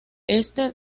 este